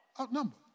Outnumbered